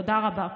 תודה רבה.